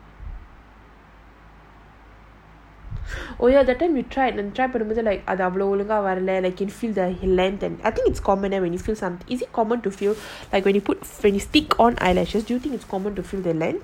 oh ya that time you tried and tried perimeter like பண்ணும்போதுஅதுஒழுங்காவரல:pannumpothu adhu olunga varala I think it's common leh when you feel some is it common to feel like when you put when you stick on eyelashes shooting is common to feel their lense